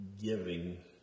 giving